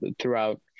throughout